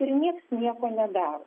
ir nieks nieko nedaro